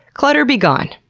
clutter be gone.